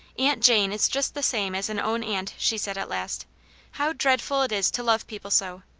aunt jane is just the same as an own aunt, she said, at last how dreadful it is to love people so!